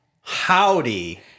Howdy